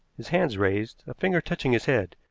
his hands raised, a finger touching his head,